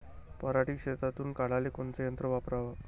पराटी शेतातुन काढाले कोनचं यंत्र वापराव?